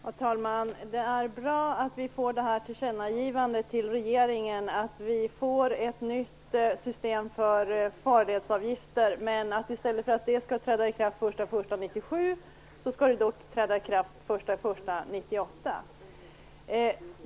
Fru talman! Det är bra att vi får det här tillkännagivandet till regeringen, att vi får ett nytt system för farledsavgifter. Men i stället för att det skall träda i kraft den 1 januari 1997 skall det träda i kraft den 1 januari 1998.